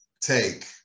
take